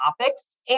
topics